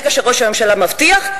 ברגע שראש הממשלה מבטיח,